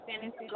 fantasy